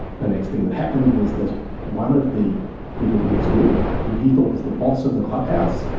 the next thing that happened was that one of the people he was with, who he thought was the boss of the clubhouse,